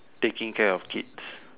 taking care of kids